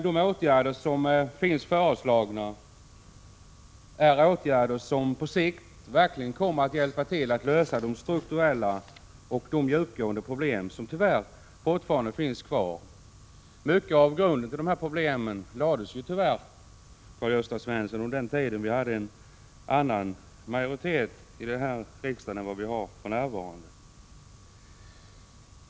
De åtgärder som föreslås är åtgärder som på sikt verkligen kommer att bidra till att lösa de strukturella och genomgående problem som tyvärr fortfarande finns kvar. Mycket av grunden till dessa problem lades tyvärr, Karl-Gösta Svenson, under den tid vi hade en annan majoritet i riksdagen än vi har för närvarande.